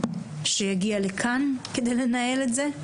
שיגיע לכאן כדי לנהל את זה.